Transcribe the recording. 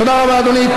תודה רבה, אדוני.